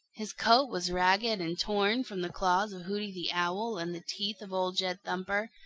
his coat was ragged and torn from the claws of hooty the owl and the teeth of old jed thumper.